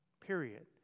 Period